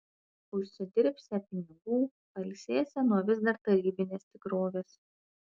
užsidirbsią pinigų pailsėsią nuo vis dar tarybinės tikrovės